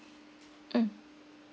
mm